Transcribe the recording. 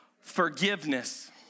forgiveness